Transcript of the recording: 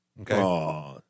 okay